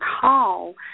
call